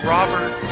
Robert